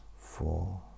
four